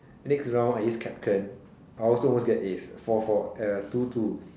next round I use I also almost get ace four four uh two two